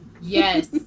Yes